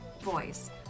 voice